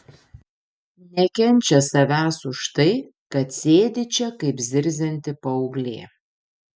nekenčia savęs už tai kad sėdi čia kaip zirzianti paauglė